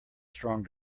strong